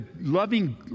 loving